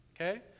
Okay